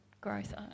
growth